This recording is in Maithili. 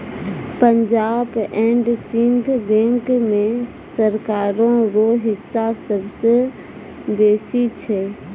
पंजाब एंड सिंध बैंक मे सरकारो रो हिस्सा सबसे बेसी छै